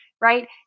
right